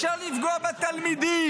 אפשר לפגוע בתלמידים,